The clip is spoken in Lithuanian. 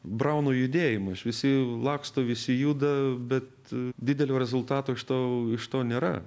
brauno judėjimas visi laksto visi juda bet didelio rezultato iš to iš to nėra